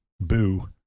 boo